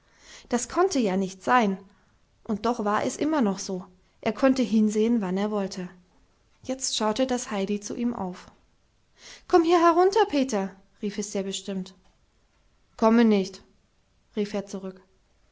das konnte ja nicht sein und doch war es immer noch so er konnte hinsehen wann er wollte jetzt schaute das heidi zu ihm auf komm hier herunter peter rief es sehr bestimmt komme nicht rief er zurück